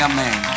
Amen